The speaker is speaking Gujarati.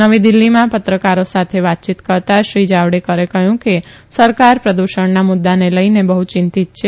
નવી દિલ્લીમાં પત્રકારો સાથે વાતચીત કરતાં શ્રી જાવડેકરે કહ્યું છેકે સરકાર પ્રદૃષણના મુદ્દાને લઈને બહ્ ચિંતિંત છે